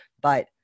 But-